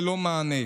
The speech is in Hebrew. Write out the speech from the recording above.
ללא מענה.